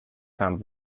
found